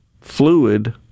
fluid